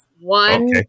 One